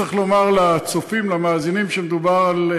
צריך לומר לצופים, למאזינים שמדובר על,